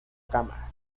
cámara